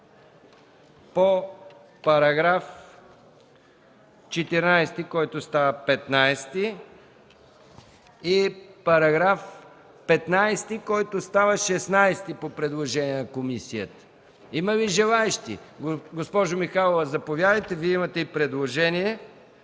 по § 14, който става § 15, и § 15, който става § 16 по предложение на комисията – има ли желаещи? Госпожо Михайлова, заповядайте, Вие имате предложение